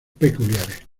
peculiares